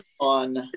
on